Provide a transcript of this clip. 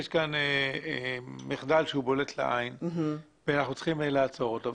יש כאן מחדל שהוא בולט לעין ואנחנו צריכים לעצור אותו.